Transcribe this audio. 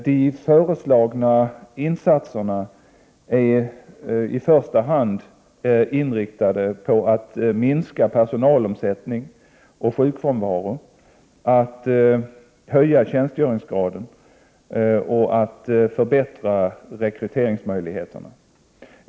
De föreslagna insatserna är i första hand inriktade på att minska personalomsättning och sjukfrånvaro, att höja tjänstgöringsgraden och att förbättra rekryteringsmöjligheterna.